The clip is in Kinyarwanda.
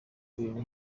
ibintu